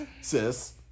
sis